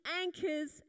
anchors